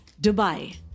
Dubai